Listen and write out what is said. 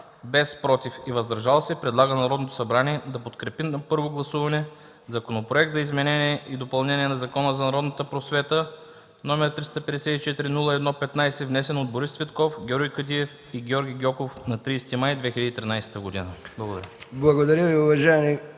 без „против” и „въздържал се” предлага на Народното събрание да подкрепи на първо гласуване Законопроект за изменение и допълнение на Закона за народната просвета, № 354-01-15, внесен от Борис Цветков, Георги Кадиев и Георги Гьоков на 30 май 2013 г.” Благодаря.